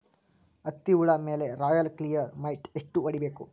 ಹತ್ತಿ ಹುಳ ಮೇಲೆ ರಾಯಲ್ ಕ್ಲಿಯರ್ ಮೈಟ್ ಎಷ್ಟ ಹೊಡಿಬೇಕು?